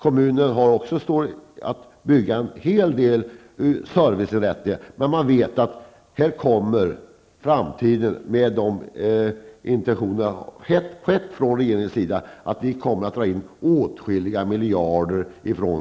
Kommunen behöver också bygga en hel del serviceinrättningar, men man vet att regeringens intentioner för framtiden är att dra in åtskilliga miljarder.